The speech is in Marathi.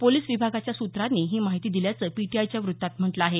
पोलिस विभागाच्या सूत्रांनी ही माहिती दिल्याचं पीटीआयच्या वृत्तात म्हटलं आहे